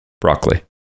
Broccoli